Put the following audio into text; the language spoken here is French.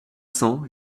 cents